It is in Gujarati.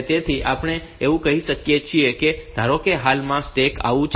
તેથી આપણે એવું કહી શકીએ કે ધારો કે હાલમાં સ્ટેક આવું છે